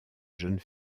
jeune